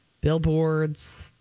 billboards